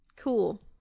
Cool